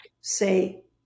say